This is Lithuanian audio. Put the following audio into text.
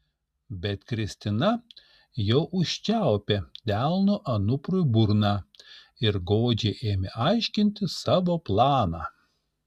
bet kristina jau užčiaupė delnu anuprui burną ir godžiai ėmė aiškinti savo planą